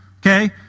okay